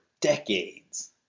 decades